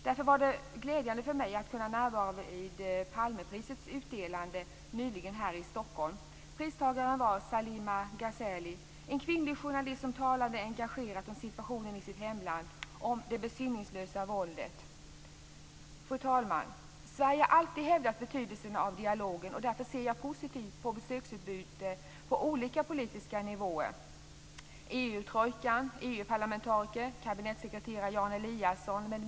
Därför var det glädjande för mig att kunna närvara vid Palmeprisets utdelande nyligen här i Stockholm. Pristagaren var Salima Ghezali, en kvinnlig journalist som talade engagerat om situationen i sitt hemland, om det besinningslösa våldet. Fru talman! Sverige har alltid hävdat betydelsen av dialog. Därför ser jag positivt på besöksutbyte på olika politiska nivåer. Det gäller EU-trojkan, EU parlamentariker, kabinettssekreterare Jan Eliasson osv.